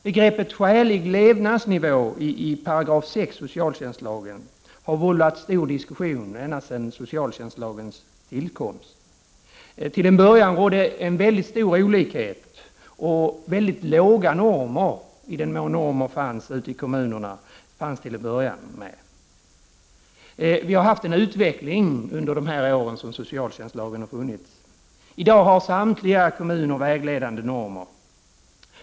Begreppet skälig levnadsnivå i 6§ socialtjänstlagen har vållat stor diskussion ända sedan socialtjänstlagens tillkomst. Till en början rådde väldigt stor olikhet. Normen var låg i den mån normer fanns ute i kommunerna. Vi har haft en utveckling under de år som socialtjänstlagen har funnits. I dag har samtliga kommuner vägledande normer.